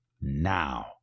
now